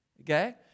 Okay